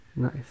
Nice